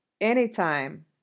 anytime